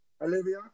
Olivia